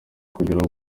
kugeraho